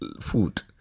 food